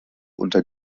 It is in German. unter